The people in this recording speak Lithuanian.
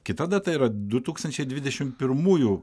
kita data yra du tūkstančiai dvidešimt pirmųjų